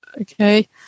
okay